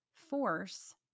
force